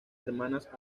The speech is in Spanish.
hermanas